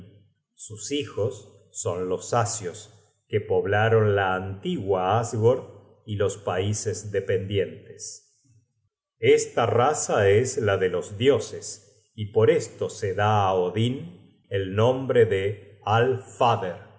sus hijos son los asios que poblaron la antigua asgord y los paises dependientes esta raza es la de los dioses y por esto se da á odin el nombre de alfader